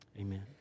Amen